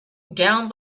down